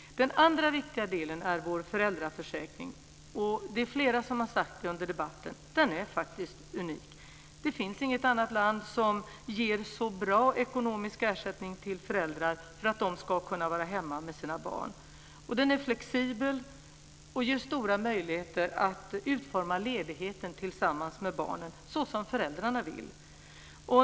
Den andra viktiga delen är vår föräldraförsäkring. Den är unik - det har flera sagt under debatten. Det finns inget annat land som ger så bra ekonomisk ersättning till föräldrar för att de ska kunna vara hemma med sina barn. Den är flexibel och ger stora möjligheter att utforma ledigheten tillsammans med barnen såsom föräldrarna vill.